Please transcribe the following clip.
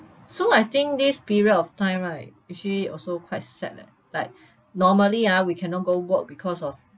so I think this period of time right actually also quite sad leh like normally ah we cannot go work because of